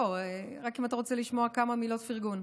רק אם אתה רוצה לשמוע כמה מילות פרגון.